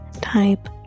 type